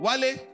Wale